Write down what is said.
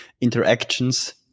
interactions